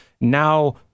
Now